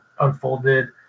unfolded